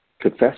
confess